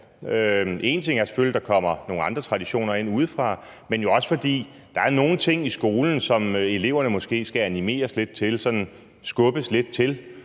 Én ting er selvfølgelig, at der kommer nogle andre traditioner ind udefra, men det er jo også, fordi der er nogle ting i skolen, som eleverne måske skal animeres lidt til, sådan skubbes lidt til.